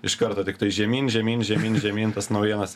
iš karto tiktai žemyn žemyn žemyn žemyn tas naujienas